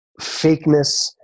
fakeness